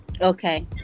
okay